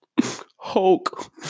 Hulk